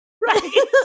Right